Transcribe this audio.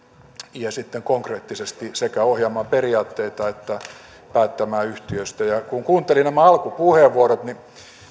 ja sitten konkreettisesti sekä ohjaamaan periaatteita että päättämään yhtiöistä ja kun kuuntelin nämä alkupuheenvuorot niin